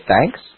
thanks